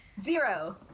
zero